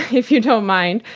if you don't mind,